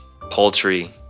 poultry